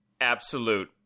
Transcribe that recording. absolute